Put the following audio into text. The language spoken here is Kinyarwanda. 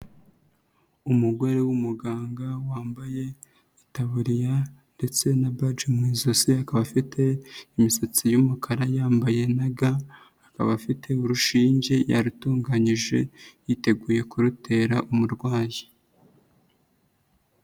Umugore w'umuganga wambaye itaburiya ndetse na baji mu ijosi, akaba afite imisatsi y'umukara yambaye na ga, akaba afite urushinge yarutunganyije yiteguye kurutera umurwayi.